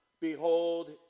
behold